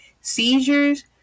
seizures